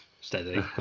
Steady